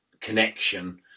connection